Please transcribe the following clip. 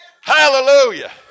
Hallelujah